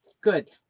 good